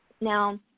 Now